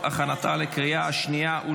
בעד, 17,